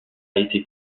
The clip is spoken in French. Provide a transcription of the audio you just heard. été